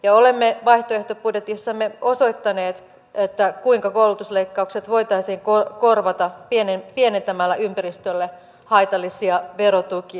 ja olemme vaihtoehtobudjetissamme osoittaneet kuinka koulutusleikkaukset voitaisiin korvata pienentämällä ympäristölle haitallisia verotukia